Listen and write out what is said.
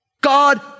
God